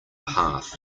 path